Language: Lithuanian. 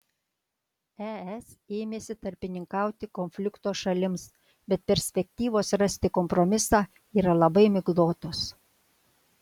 es ėmėsi tarpininkauti konflikto šalims bet perspektyvos rasti kompromisą yra labai miglotos